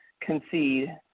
concede